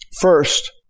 first